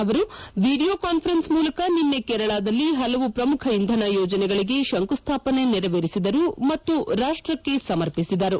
ಅವರು video conference ಮೂಲಕ ನಿನ್ನೆ ಕೇರಳದಲ್ಲಿ ಹಲವು ಪ್ರಮುಖ ಇಂಧನ ಯೋಜನೆಗಳಿಗೆ ಶಂಕುಸ್ವಾಪನೆ ನೆರವೇರಿಸಿದರು ಮತ್ತು ರಾಷ್ಟಕ್ಕೆ ಸಮರ್ಪಿಸಿದರು